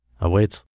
awaits